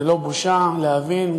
זה לא בושה להבין.